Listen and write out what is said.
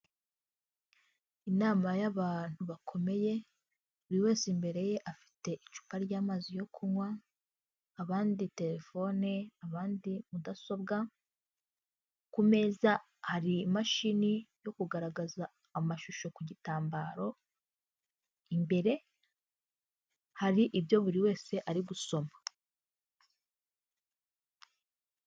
Inama y'abantu bakomeye buri wese imbere ye afite icupa ry'amazi yo kunywa, abandi telefone, abandi mudasobwa. Ku meza hari imashini yo kugaragaza amashusho ku gitambaro, imbere hari ibyo buri wese ari gusoma.